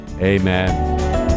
amen